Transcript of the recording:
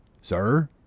sir